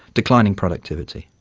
declining productivity.